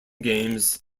games